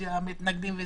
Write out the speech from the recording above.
אופוזיציה מתנגדים.